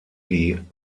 die